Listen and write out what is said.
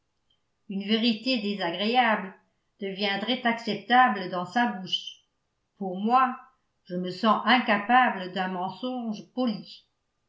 une vérité désagréable deviendrait acceptable dans sa bouche pour moi je me sens incapable d'un mensonge poli